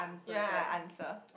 ya I answer